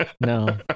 no